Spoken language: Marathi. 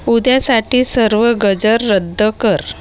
उद्यासाठी सर्व गजर रद्द कर